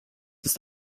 ist